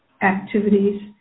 activities